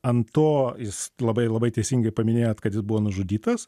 ant to jūs labai labai teisingai paminėjot kad jis buvo nužudytas